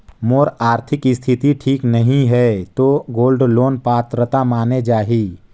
मोर आरथिक स्थिति ठीक नहीं है तो गोल्ड लोन पात्रता माने जाहि?